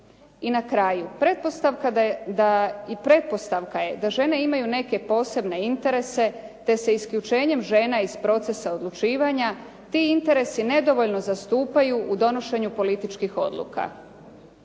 I na kraju, i pretpostavka je da žene imaju neke posebne interese te se isključenjem žena iz procesa odlučivanja ti interese nedovoljno zastupaju u donošenju političkih odluka.